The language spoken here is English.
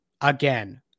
again